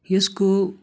यसको